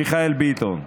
מיכאל ביטון.